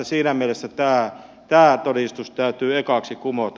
siinä mielessä tämä todistus täytyy ekaksi kumota